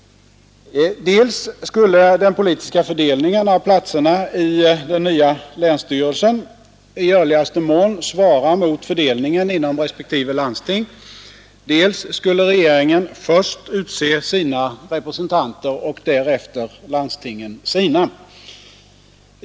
Dels skulle den politiska fördelningen av platserna i den nya länsstyrelsen i görligaste mån svara mot fördelningen inom respektive landsting, dels skulle regeringen först utse sina representanter och därefter landstingen sina.